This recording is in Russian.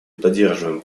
поддерживаем